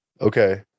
Okay